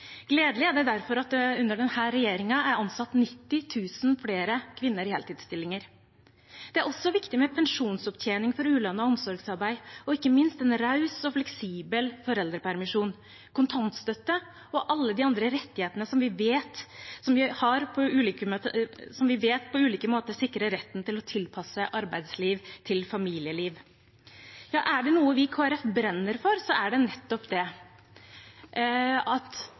Gledelig er det derfor at det under denne regjeringen er ansatt 90 000 flere kvinner i heltidsstillinger. Det er også viktig med pensjonsopptjening for ulønnet omsorgsarbeid og ikke minst en raus og fleksibel foreldrepermisjon, kontantstøtte og alle de andre rettighetene vi vet på ulike måter sikrer retten til å tilpasse arbeidsliv til familieliv. Er det noe vi i Kristelig Folkeparti brenner for, er det nettopp det, at